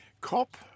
Cop